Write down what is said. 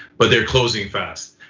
but they're closing fast.